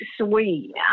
sweet